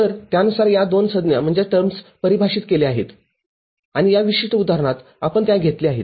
तर त्यानुसार या दोन संज्ञा परिभाषित केल्या आहेत आणि या विशिष्ट उदाहरणात आपण त्या घेतल्या आहेत हे ५ व्होल्ट वजा १